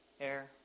air